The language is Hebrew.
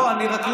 עכשיו הקצינים,